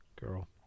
girl